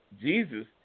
Jesus